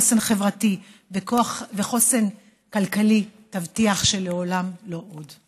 חוסן חברתי וחוסן כלכלי תבטיח שלעולם לא עוד.